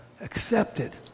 accepted